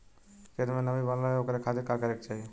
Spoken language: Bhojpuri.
खेत में नमी बनल रहे ओकरे खाती का करे के चाही?